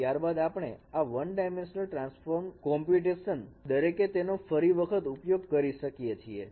અને ત્યારબાદ આપણે આ વન ડાયમેન્શનલ ટ્રાન્સફોર્મ કોમ્પ્યુટેશન દરેકે તેનો ફરી વખત ઉપયોગ કરી શકીએ છીએ